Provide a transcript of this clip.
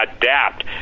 adapt